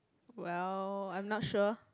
well I'm not sure